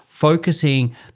Focusing